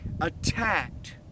attacked